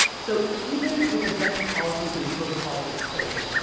so even with the best policies and protocols in place,